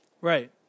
Right